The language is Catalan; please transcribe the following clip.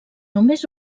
només